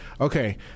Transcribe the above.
Okay